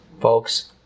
Folks